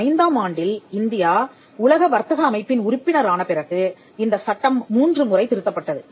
1995 ஆம் ஆண்டில் இந்தியா உலக வர்த்தக அமைப்பின் உறுப்பினரான பிறகு இந்த சட்டம் மூன்று முறை திருத்தப்பட்டது